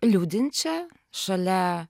liūdinčią šalia